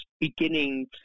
beginning